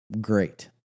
great